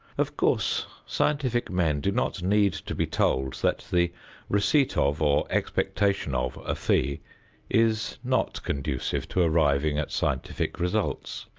of course scientific men do not need to be told that the receipt of or expectation of a fee is not conducive to arriving at scientific results.